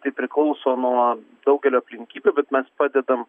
tai priklauso nuo daugelio aplinkybių bet mes padedam